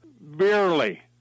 barely